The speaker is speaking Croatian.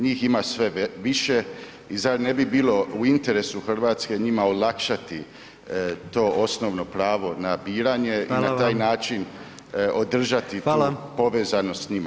Njih ima sve više i zar ne bi bilo u interesu Hrvatske njima olakšati to osnovno pravo na biranje i na taj način održati tu povezanost s njima?